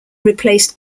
replaced